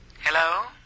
Hello